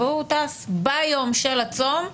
והוא טס ביום של הצום לחו"ל.